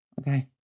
Okay